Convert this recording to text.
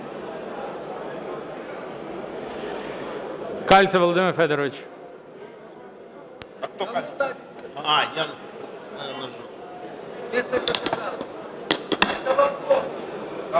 Кальцев Володимир Федорович.